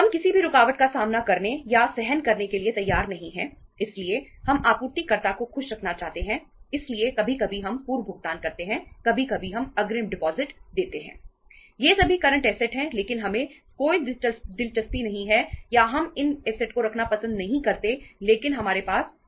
हम किसी भी रुकावट का सामना करने या सहन करने के लिए तैयार नहीं हैं इसलिए हम आपूर्तिकर्ता को खुश रखना चाहते हैं इसलिए कभी कभी हम पूर्व भुगतान करते हैं कभी कभी हम अग्रिम डिपॉजिट हैं